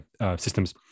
systems